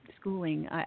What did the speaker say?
schooling